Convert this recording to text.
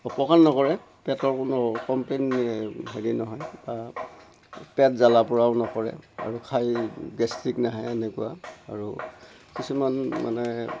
অপকাৰ নকৰে পেটৰ কোনো কমপ্লেইন হেৰি নহয় পেট জ্বালা পোৰাও নকৰে আৰু খাই গেষ্ট্ৰিক নাহে এনেকুৱা আৰু কিছুমান মানে